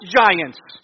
giants